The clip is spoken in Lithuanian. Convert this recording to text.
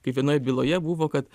kaip vienoje byloje buvo kad